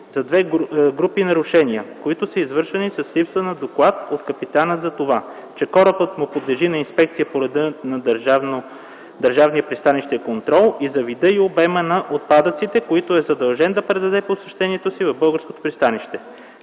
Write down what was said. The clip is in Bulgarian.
за две групи нарушения, които са свързани с липсата на доклад от капитана за това, че корабът му подлежи на инспекция по реда на държавния пристанищен контрол, и за вида и обема на отпадъците, които е задължен да предаде при посещението си в българско пристанище.